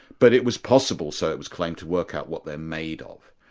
but it was possible, so it was claimed, to work out what they're made of.